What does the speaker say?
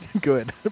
Good